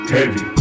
Heavy